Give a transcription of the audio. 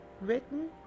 written